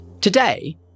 Today